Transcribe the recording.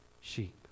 sheep